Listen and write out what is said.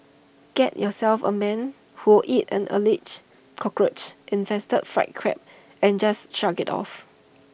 get yourself A man who will eat an Alleged Cockroach infested fried Crab and just shrug IT off